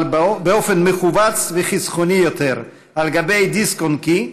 אבל באופן מכווץ וחסכוני יותר: על גבי דיסק-און-קי,